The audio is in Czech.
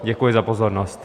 Děkuji za pozornost.